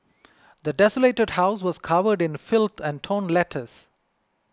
the desolated house was covered in filth and torn letters